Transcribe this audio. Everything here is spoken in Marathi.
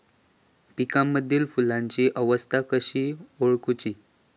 पिकांमदिल फुलांची अवस्था कशी ओळखुची?